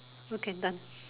okay done